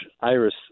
iris